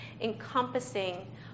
encompassing